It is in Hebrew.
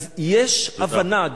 אז יש הבנה.